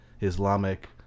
Islamic